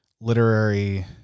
literary